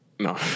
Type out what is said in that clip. No